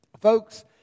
folks